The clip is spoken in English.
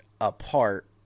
apart